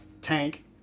tank